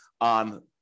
on